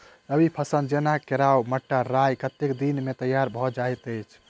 रबी फसल जेना केराव, मटर, राय कतेक दिन मे तैयार भँ जाइत अछि?